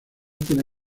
tiene